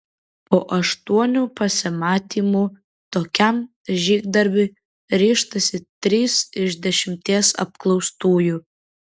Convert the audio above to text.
po aštuonių pasimatymų tokiam žygdarbiui ryžtasi trys iš dešimties apklaustųjų